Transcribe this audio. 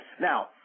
Now